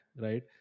right